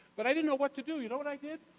but i didn't know what to do. you know what i did?